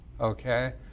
Okay